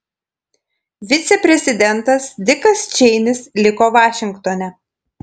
viceprezidentas dikas čeinis liko vašingtone